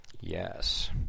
Yes